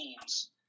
teams